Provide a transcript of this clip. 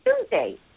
Tuesday